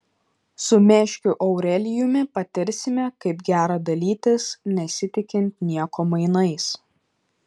su meškiu aurelijumi patirsime kaip gera dalytis nesitikint nieko mainais